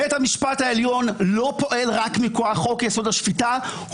חברת הכנסת גוטליב, אני מעריץ גדול שלך.